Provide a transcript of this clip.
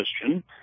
Christian